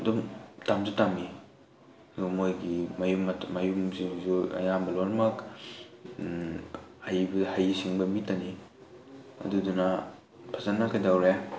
ꯑꯗꯨꯝ ꯇꯝꯁꯨ ꯇꯝꯃꯤ ꯑꯗꯣ ꯃꯣꯏꯒꯤ ꯃꯌꯨꯝ ꯃꯌꯨꯝ ꯁꯤꯡꯁꯨ ꯑꯌꯥꯝꯕ ꯂꯣꯏꯅꯃꯛ ꯍꯩꯕ ꯍꯩꯁꯤꯡꯕ ꯃꯤꯇꯅꯤ ꯑꯗꯨꯗꯨꯅ ꯐꯖꯅ ꯀꯩꯗꯧꯔꯦ